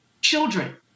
children